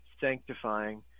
sanctifying